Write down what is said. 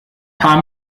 paar